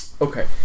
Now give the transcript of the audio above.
Okay